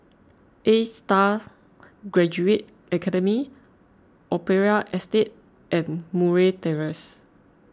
A Star Graduate Academy Opera Estate and Murray Terrace